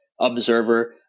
observer